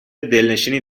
دلنشینی